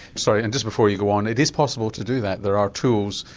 sorry and just before you go on it is possible to do that, there are tools,